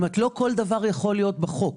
לא כל דבר יכול להיות בחוק.